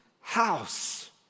house